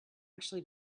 actually